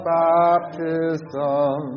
baptism